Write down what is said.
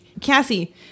Cassie